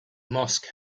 mosque